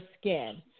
skin